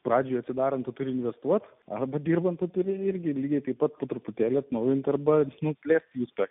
pradžioje atidarant turi investuoti abu dirbant biure irgi lygiai taip pat po truputėlį atnaujinti arba nuslėpti justą